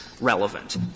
relevant